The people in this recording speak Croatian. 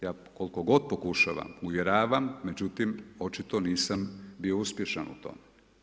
Ja koliko god pokušavam, uvjeravam, međutim, očito nisam bio uspješan u tome.